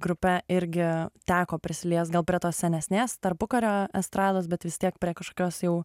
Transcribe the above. grupe irgi teko prisiliest gal prie tos senesnės tarpukario estrados bet vis tiek prie kažkokios jau